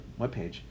webpage